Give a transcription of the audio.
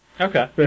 Okay